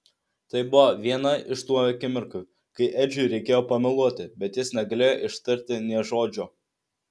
tai buvo viena iš tų akimirkų kai edžiui reikėjo pameluoti bet jis negalėjo ištarti nė žodžio